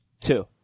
Two